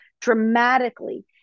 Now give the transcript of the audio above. dramatically